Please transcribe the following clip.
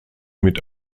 mit